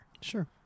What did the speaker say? Sure